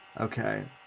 Okay